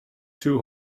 two